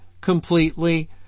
completely